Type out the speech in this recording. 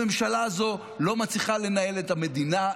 הממשלה הזו לא מצליחה לנהל את המדינה,